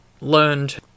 learned